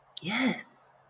yes